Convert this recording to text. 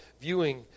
viewing